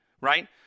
right